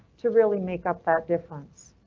to really make up that difference.